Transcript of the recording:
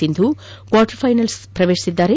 Sindhu quarter finals ಪ್ರವೇಶಿಸಿದ್ದಾರೆ